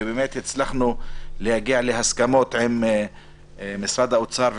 ובאמת הצלחנו להגיע להסכמות עם משרד האוצר,